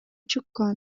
чыккан